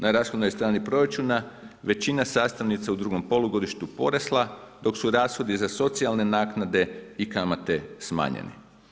Na rashodnoj strani proračuna, većina sastavnica u drugom polugodištu porasla, dok su rashodi za socijalne naknade i kamate smanjenje.